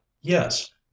yes